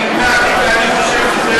נמנעתי, ואני חושב שזה